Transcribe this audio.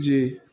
جی